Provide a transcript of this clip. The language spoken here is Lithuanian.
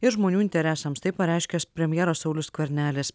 ir žmonių interesams tai pareiškęs premjeras saulius skvernelis